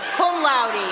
cum laude.